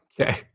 okay